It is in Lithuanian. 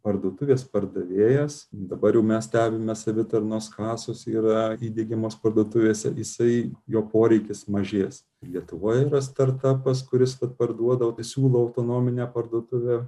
parduotuvės pardavėjas dabar jau mes stebime savitarnos kasos yra įdiegiamos parduotuvėse jisai jo poreikis mažės lietuvoje yra sutartapas kuris vat parduoda siūlo autonominę parduotuvę